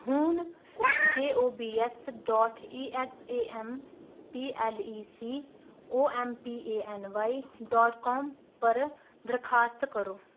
हून J O B S dot E X A M P L E C O M P A N Y dot com पर दरखास्त करो